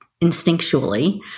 instinctually